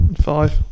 Five